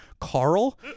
carl